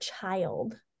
child